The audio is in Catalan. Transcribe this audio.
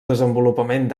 desenvolupament